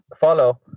follow